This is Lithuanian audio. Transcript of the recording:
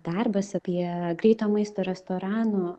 darbas apie greito maisto restoranų